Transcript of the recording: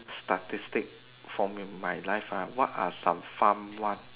statistic from in my life uh what are some fun one